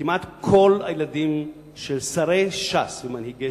שכמעט כל הילדים של שרי ש"ס ומנהיגי